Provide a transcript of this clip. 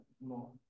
more